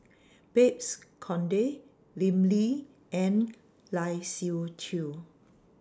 Babes Conde Lim Lee and Lai Siu Chiu